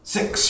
Six